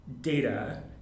data